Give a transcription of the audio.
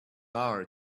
hour